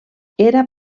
era